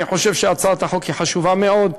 אני חושב שהצעת החוק חשובה מאוד.